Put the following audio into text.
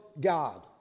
God